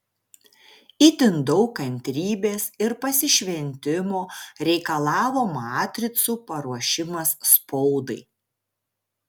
itin daug kantrybės ir pasišventimo reikalavo matricų paruošimas spaudai